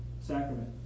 sacrament